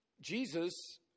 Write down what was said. Jesus